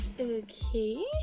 Okay